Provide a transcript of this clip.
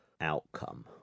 outcome